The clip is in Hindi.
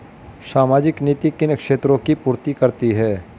सामाजिक नीति किन क्षेत्रों की पूर्ति करती है?